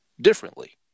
differently